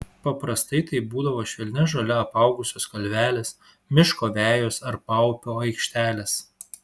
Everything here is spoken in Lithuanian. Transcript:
paprastai tai būdavo švelnia žole apaugusios kalvelės miško vejos ar paupio aikštelės